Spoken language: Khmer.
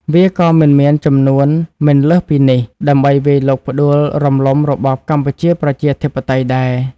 វាក៏មិនមានចំនួនមិនលើសពីនេះ ដើម្បីវាយលុកផ្ដួលរំលំរបបកម្ពុជាប្រជាធិបតេយ្យដែរ។